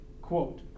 quote